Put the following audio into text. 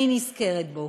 אני נזכרת בו,